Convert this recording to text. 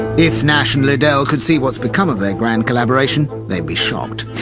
if nash and liddell could see what's become of their grand collaboration, they'd be shocked,